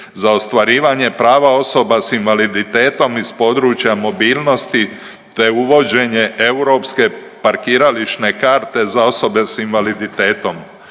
za ostvarivanje prava osoba s invaliditetom iz područja mobilnosti te uvođenje europske parkirališne karte za osobe s invaliditetom.